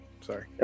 Sorry